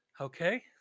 Okay